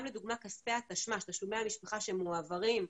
גם לדוגמא, כספי תשלומי המשפחה שמועברים,